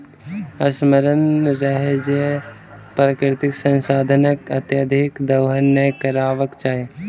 स्मरण रहय जे प्राकृतिक संसाधनक अत्यधिक दोहन नै करबाक चाहि